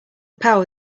power